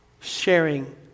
sharing